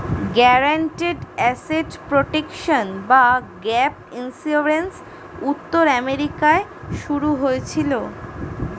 guaranteed asset protection বা gap insurance উত্তর আমেরিকায় শুরু হয়েছিল